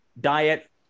diet